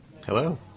Hello